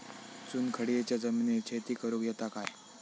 चुनखडीयेच्या जमिनीत शेती करुक येता काय?